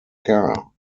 car